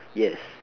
yes